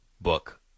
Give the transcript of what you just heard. book